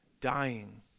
dying